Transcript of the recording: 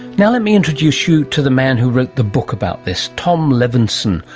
now let me introduce you to the man who wrote the book about this, tom levenson,